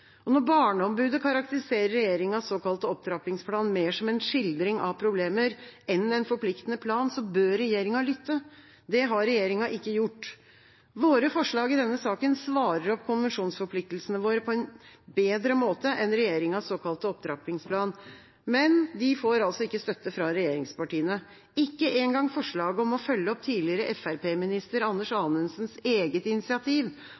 nivåer. Når Barneombudet karakteriserer regjeringas såkalte opptrappingsplan mer som en skildring av problemer enn en forpliktende plan, bør regjeringa lytte. Det har regjeringa ikke gjort. Våre forslag i denne saken svarer på konvensjonsforpliktelsene våre på en bedre måte enn regjeringas såkalte opptrappingsplan, men de får altså ikke støtte fra regjeringspartiene, ikke engang forslaget om å følge opp tidligere Fremskrittsparti-statsråd Anders Anundsens eget initiativ